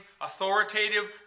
authoritative